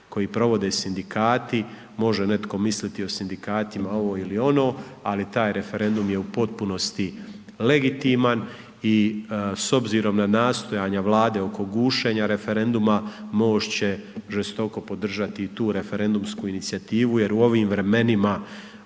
koji provode sindikati, može netko misliti o sindikatima ovo ili ono, ali taj referendum je u potpunosti legitiman i s obzirom na nastojanja vlade oko gušenja referenduma MOST će žestoko podržati tu referendumsku inicijativu jer u ovim vremenima